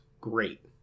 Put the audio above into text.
great